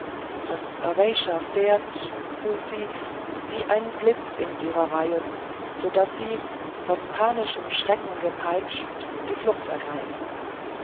das aweysha fährt fühlt sie wie ein blitz in ihre reihen so daß sie von panischem schrecken gepeitscht die flucht ergreifen